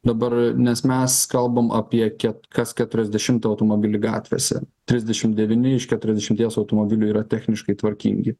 dabar nes mes kalbame apie ket kas keturiasdešimtą automobilį gatvėse trisdešim devyni iš keturiasdešimties automobilių yra techniškai tvarkingi